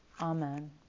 Amen